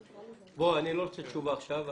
אני לא רוצה תשובה עכשיו.